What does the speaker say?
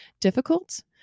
difficult